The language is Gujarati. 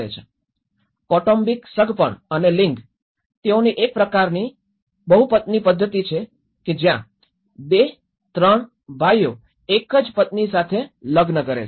કૌટુંબિક સગપણ અને લિંગ તેઓની એક પ્રકારની બહુપાપ્તિ પદ્ધતિ છે કે જ્યાં ૨ ૩ ભાઈઓ એક જ પત્ની સાથે લગ્ન કરે છે